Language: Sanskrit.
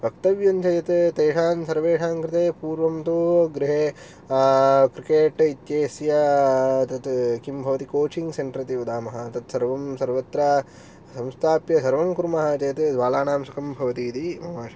वक्तव्यं चेत् तेषां सर्वेषाङ्कृते पूर्वं तु गृहे क्रिकेट् इत्यस्य तत् किं भवति कोचिङ्ग् सेन्टर् इति वदामः तत् सर्वं सर्वत्र संस्थाप्य सर्वं कुर्मः चेत् बालानां सुखं भवति इति मम